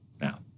Now